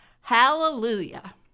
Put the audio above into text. Hallelujah